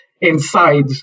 inside